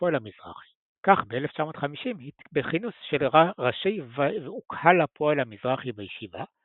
הפועל המזרחי כך ב-1950 בכינוס של ראשי וקהל הפועל המזרחי בישיבה,